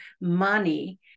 money